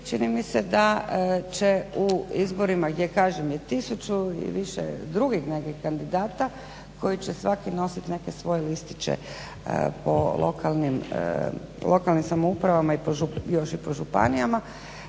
Čini mi se da će u izborima gdje kažem je tisuću i više drugih nekih kandidata koji će svaki nosit neke svoje listiće po lokalnim samoupravama još i po županijama